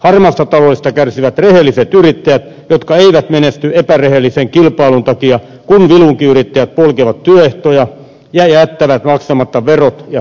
harmaasta taloudesta kärsivät rehelliset yrittäjät jotka eivät menesty epärehellisen kilpailun takia kun vilunkiyrittäjät polkevat työehtoja ja jättävät maksamatta verot ja sosiaaliturvamaksut